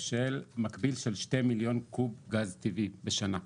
מקביל של 2 מיליון קוב גז טבעי בשנה.